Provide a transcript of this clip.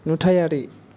नुथायारि